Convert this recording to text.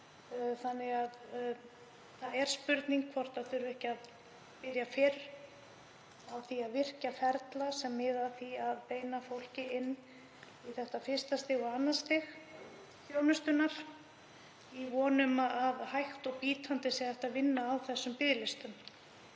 þannig að það er spurning hvort ekki þurfi að byrja fyrr á því að virkja ferla sem miða að því að beina fólki inn á þetta fyrsta og annað stig þjónustunnar í von um að hægt og bítandi sé hægt að vinna á þessum biðlistum,